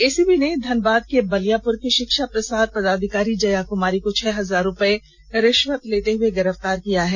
ACB ने धनबाद के बलियापुर की शिक्षा प्रसार पदाधिकारी जया कुमारी को छह हजार रुपये रिश्वत लेते गिरफ्तार किया है